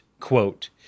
Quote